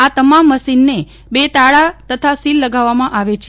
આ તમામ મશીનને બે તાળાં તથા સીલ લગાવવામાં આવે છે